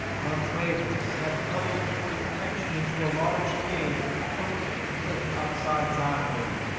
the quabos had huddled for protection into a large cave at the foot of the cliff outside zyobor.